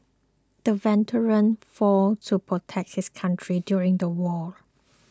the veteran fought to protect his country during the war